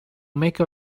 make